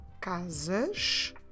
casas